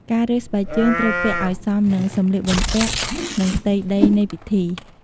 ការរើសស្បែកជើងត្រូវពាក់ឲ្យសមនឹងសម្លៀកបំពាក់និងផ្ទៃដីនៃពិធី។